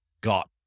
got